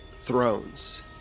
thrones